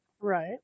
Right